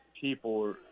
people